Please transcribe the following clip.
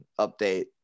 update